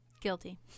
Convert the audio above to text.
Guilty